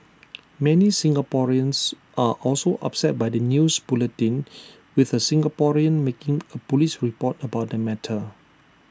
many Singaporeans are also upset by the news bulletin with A Singaporean making A Police report about the matter